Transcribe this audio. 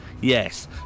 yes